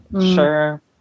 Sure